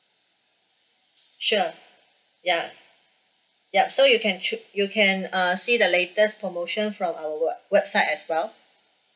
sure ya yup so you can choo~ you can uh see the latest promotion from our web website as well